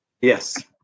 Yes